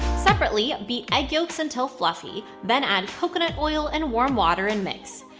separately, beat egg yolks until fluffy, then add coconut oil and warm water and mix.